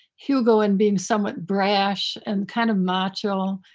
hugo and being somewhat brash and kind of macho,